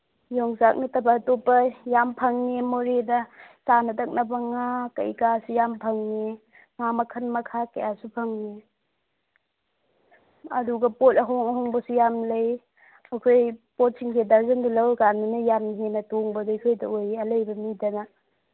ꯌꯣꯡꯆꯥꯛ ꯅꯠꯇꯕ ꯑꯇꯣꯞꯄ ꯌꯥꯝ ꯐꯪꯏ ꯃꯣꯔꯦꯗ ꯆꯥꯅ ꯊꯛꯅꯕ ꯉꯥ ꯀꯩꯀꯥꯁꯤ ꯌꯥꯝ ꯐꯪꯏ ꯉꯥ ꯃꯈꯜ ꯃꯈꯥ ꯀꯌꯥꯁꯨ ꯐꯪꯏ ꯑꯗꯨꯒ ꯄꯣꯠ ꯑꯍꯣꯡ ꯑꯍꯣꯡꯕꯁꯨ ꯌꯥꯝ ꯂꯩ ꯑꯩꯈꯣꯏ ꯄꯣꯠꯁꯤꯡꯁꯦ ꯗꯔꯖꯟꯗ ꯂꯧꯔꯀꯥꯟꯗꯅ ꯌꯥꯝ ꯍꯦꯟꯅ ꯇꯣꯡꯕꯗꯤ ꯑꯩꯈꯣꯏꯗ ꯑꯣꯏꯌꯦ ꯑꯂꯩꯕ ꯃꯤꯗꯅ